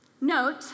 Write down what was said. Note